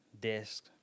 desk